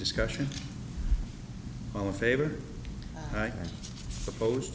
discussion on a favor i propose